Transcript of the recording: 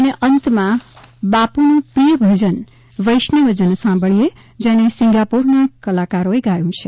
closing અંતમાં બાપુનુ પ્રિય ભજન વૈષ્ણવ જન સાંભળીએ જને સિંગાપુરના કલાકારોએ ગાયુ છે